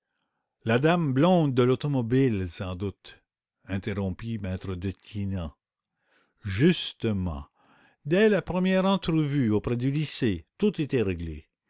la dame blonde de l'automobile sans doute interrompit m e detinan justement dès la première entrevue aux abords du lycée tout était réglé